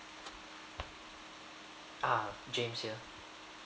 uh james here